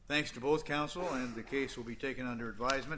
thanks to both counsel and the case will be taken under advisement